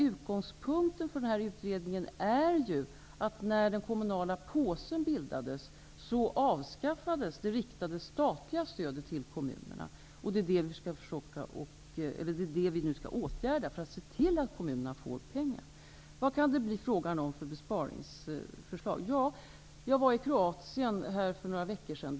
Utgångspunkten för den här utredningen är ju att när den kommunala påsen bildades avskaffades det riktade statliga stödet till kommunerna. Det är detta vi nu skall åtgärda och se till att kommunerna får pengar. Vad kan det då bli frågan om för besparingsförslag? Jag var i Kroatien för några veckor sedan.